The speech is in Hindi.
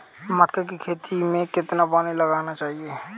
मक्के की खेती में कितना पानी लगाना चाहिए?